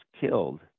killed